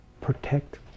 Protect